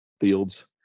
fields